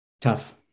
Tough